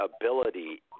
ability